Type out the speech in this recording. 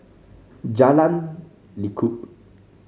Jalan Lekub